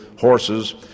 horses